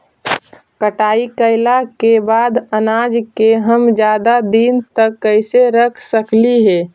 कटाई कैला के बाद अनाज के हम ज्यादा दिन तक कैसे रख सकली हे?